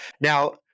Now